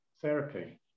therapy